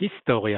היסטוריה